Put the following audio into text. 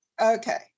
okay